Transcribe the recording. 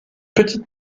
petite